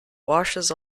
washes